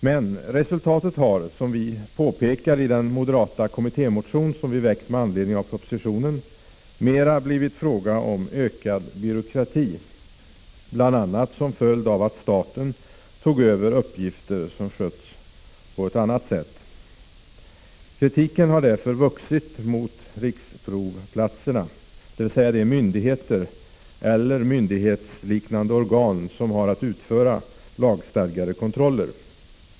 Men resultatet har, som vi moderater påpekar i den kommittémotion som vi väckt med anledning av propositionen, mera blivit en fråga om ökad byråkrati — bl.a. som en följd av att staten tog över uppgifter som tidigare hade skötts på ett annat sätt. Kritiken har därför vuxit mot riksprovplatserna, dvs. de myndigheter eller myndighetsliknande organ som har att utföra lagstadgade kontroller.